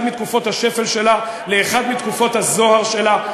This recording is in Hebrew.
מתקופות השפל שלה לאחת מתקופות הזוהר שלה.